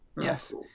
yes